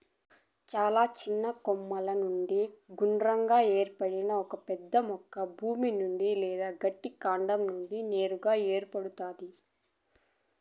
చాలా చిన్న కొమ్మల నుండి గుండ్రంగా ఏర్పడిన ఒక పెద్ద మొక్క భూమి నుండి లేదా గట్టి కాండం నుండి నేరుగా పెరుగుతాది